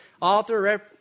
author